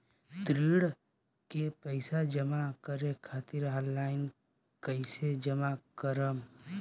ऋण के पैसा जमा करें खातिर ऑनलाइन कइसे जमा करम?